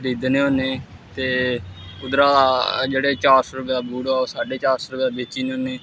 खरीदने होने ते उद्धरा जेह्ड़ा चार सौ रपेऽ दा बूट होऐ ओह् साड्डे चार सौ रपेऽ दा बेची ओड़ने होन्ने